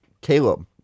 Caleb